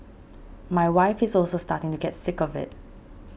my wife is also starting to get sick of it